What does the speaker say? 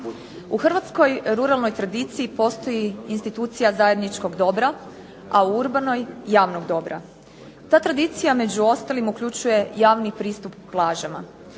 U hrvatskoj ruralnoj tradiciji postoji institucija zajedničkog dobra a u urbanoj javnog dobra. Ta tradicija među ostalim uključuje javni pristup plažama.